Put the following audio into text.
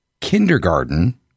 kindergarten